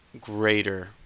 greater